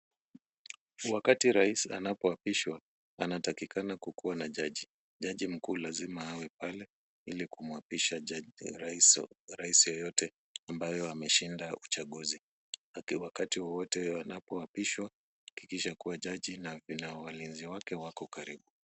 Wakati rais anapoapishwa, anatakikana kukuwa na jaji. Jaji mkuu lazima awe pale ili kumwapisha rais yeyote ambayo ameshinda uchaguzi. Wakati wowote anapoapishwa, hakikisha jaji na walinzi wake wako karibu.